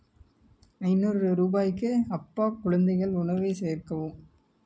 ஐந்நூறு ரூபாய்க்கு ஹப்பா குழந்தைகள் உணவை சேர்க்கவும்